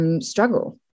struggle